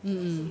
mm mm